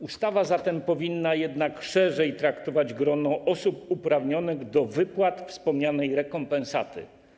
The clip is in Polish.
Ustawa zatem powinna jednak szerzej traktować grono osób uprawnionych do wypłat wspomnianej rekompensaty.